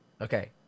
Okay